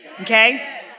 Okay